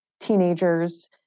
teenagers